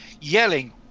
yelling